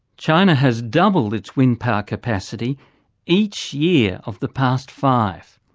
china has doubled its wind power capacity each year of the past five